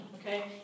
okay